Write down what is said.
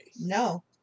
No